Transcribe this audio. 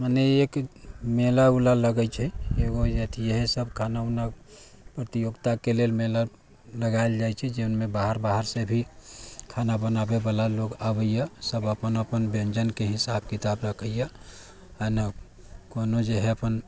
मने एक मेला उला लगैत छै जे अथी हइ सभ खाना उना प्रतियोगिताके लेल मेला लगायल जाइत छै जे बाहर बाहरसँ भी खाना बनाबयवला लोग आबैए सभ अपन अपन व्यञ्जनके हिसाब किताब रखैए हइ न कोनो जे हइ अपन